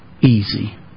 easy